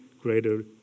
greater